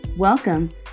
Welcome